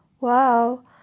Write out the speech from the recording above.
Wow